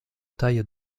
taille